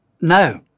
no